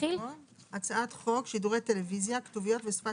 "הצעת חוק שידורי טלוויזיה (כתוביות ושפת